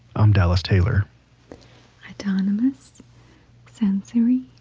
um dallas taylor autonomous sensory